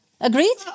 Agreed